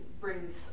brings